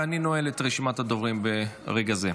ואני נועל את רשימת הדוברים ברגע זה.